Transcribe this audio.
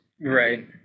Right